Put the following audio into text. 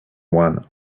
one